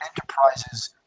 enterprises